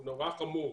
הוא נורא חמור.